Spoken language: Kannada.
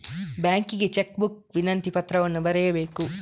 ಬ್ಯಾಂಕಿಗೆ ಚೆಕ್ ಬುಕ್ ವಿನಂತಿ ಪತ್ರವನ್ನು ಬರೆಯಬೇಕು